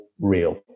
real